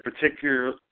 particular